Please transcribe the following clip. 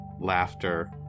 laughter